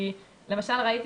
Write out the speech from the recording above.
כי למשל ראיתי